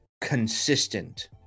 consistent